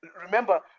Remember